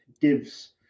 gives